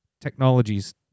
Technologies